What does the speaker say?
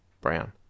Brown